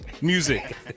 music